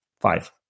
five